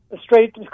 straight